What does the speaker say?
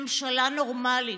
ממשלה נורמלית,